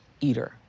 eater